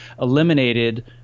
eliminated